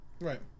Right